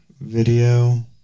video